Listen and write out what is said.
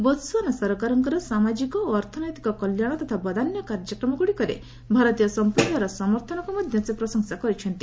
Botswana ସରକାରଙ୍କର ସାମାଟ୍ଟିକ ଓ ଅର୍ଥନୈତିକ କଲ୍ୟାଣ ତଥା ବଦାନ୍ୟ କାର୍ଯ୍ୟକ୍ରମଗୁଡ଼ିକରେ ଭାରତୀୟ ସମ୍ପ୍ରଦାୟର ସମର୍ଥନକୁ ମଧ୍ୟ ସେ ପ୍ରଶଂସା କରିଛନ୍ତି